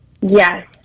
Yes